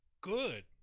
good